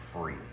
free